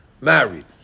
married